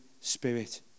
Spirit